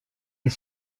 est